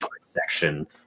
section